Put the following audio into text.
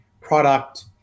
product